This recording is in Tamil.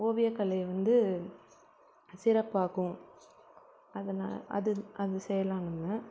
ஓவியக்கலை வந்து சிறப்பாகும் அதனால் அது அது செய்யலாம் நம்ம